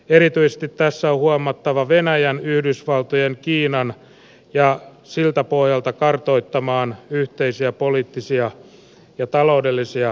erityisesti tässä on huomattava venäjä yhdysvallat kiina ja siltä pohjalta kartoitettava yhteisiä poliittisia ja taloudellisia intressejä